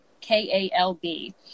K-A-L-B